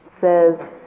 Says